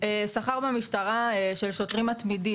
שכר במשטרה של שוטרים מתמידים,